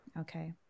Okay